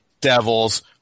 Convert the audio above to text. Devils